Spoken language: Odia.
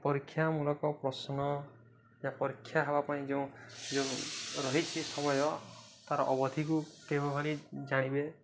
ପରୀକ୍ଷାମୂଳକ ପ୍ରଶ୍ନ ବା ପରୀକ୍ଷା ହେବା ପାଇଁ ଯେଉଁ ଯେଉଁ ରହିଛିି ସମୟ ତା'ର ଅବଧିକୁ କେଉଁ ଭଳି ଜାଣିବେ